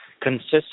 consists